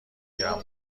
گیرم